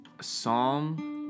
Psalm